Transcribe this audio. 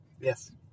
Yes